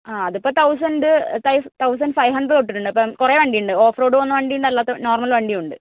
ആ അതിപ്പോൾ thousand thousand five hundred തൊട്ടിട്ടുണ്ട് അപ്പം കുറേ വണ്ടിയുണ്ട് ഓഫ്റോഡ് പോകുന്ന വണ്ടിയുണ്ട് അല്ലാത്ത നോർമൽ വണ്ടിയും ഉണ്ട്